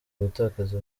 gutakaza